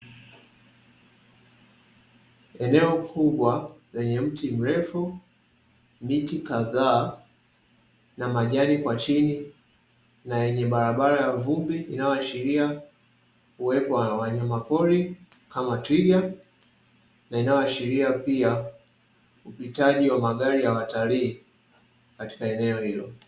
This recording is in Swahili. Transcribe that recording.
Eneo kubwa lenye mti mrefu, miti kadhaa na majani kwa chini na yenye barabara ya vumbi inayoashiria uwepo wa wanyama pori kama twiga, na inayoashiria pia upitaji wa magari ya watalii katika eneo hilo.